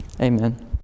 Amen